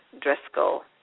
Driscoll